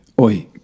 Oi